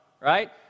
right